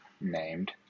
named